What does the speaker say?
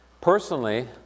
Personally